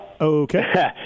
Okay